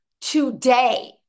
today